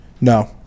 No